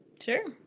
Sure